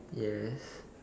yes